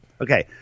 Okay